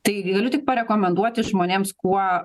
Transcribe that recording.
tai galiu tik parekomenduoti žmonėms kuo